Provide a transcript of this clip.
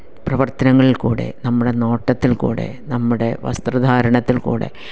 പ്രവർത്തനങ്ങളിൽ കൂടെ നമ്മുടെ നോട്ടത്തിൽ കൂടെ നമ്മുടെ വസ്ത്രധാരണത്തിൽ കൂടെ